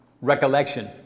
recollection